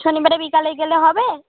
শনিবারে বিকালে গেলে হবে